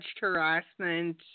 harassment